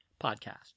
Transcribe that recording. Podcast